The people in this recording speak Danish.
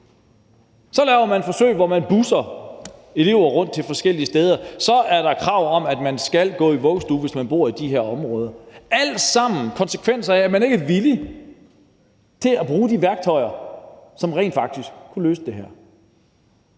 Så laver man forsøg, hvor man busser elever rundt til forskellige steder. Så er der krav om, at man skal gå i vuggestue, hvis man bor i de her områder. Alt sammen er det konsekvensen af, at man ikke er villig til at bruge de værktøjer, som rent faktisk kunne løse det her.